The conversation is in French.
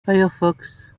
firefox